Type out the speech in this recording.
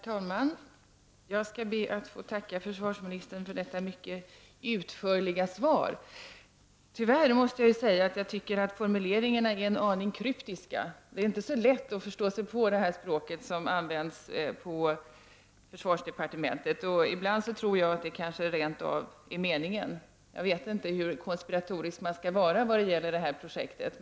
Herr talman! Jag skall be att få tacka försvarsministern för detta mycket utförliga svar. Tyvärr måste jag säga att jag tycker att formuleringarna är en aning kryptiska. Det är inte så lätt att förstå sig på det språk som används på försvardepartementet. Ibland tror jag att det kanske rent av är meningen. Jag vet inte hur konspiratorisk man skall vara när det gäller detta projekt.